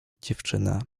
dziewczyna